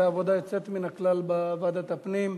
עבודה יוצאת מן הכלל בוועדת הפנים.